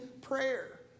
prayer